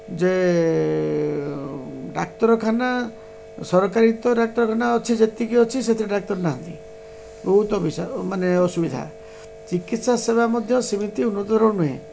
ଯେ ଡାକ୍ତରଖାନା ସରକାରୀ ତ ଡାକ୍ତରଖାନା ଅଛି ଯେତିକି ଅଛି ସେତିକି ଡାକ୍ତର ନାହାନ୍ତି ବହୁତ ମାନେ ଅସୁବିଧା ଚିକିତ୍ସା ସେବା ମଧ୍ୟ ସେମିତି ଉନ୍ନତର ନୁହେଁ